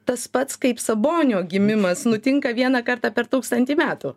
tas pats kaip sabonio gimimas nutinka vieną kartą per tūkstantį metų